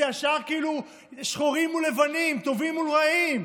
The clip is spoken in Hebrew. זה ישר שחורים מול לבנים, טובים מול רעים.